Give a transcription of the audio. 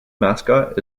mascot